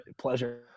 pleasure